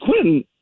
Quinn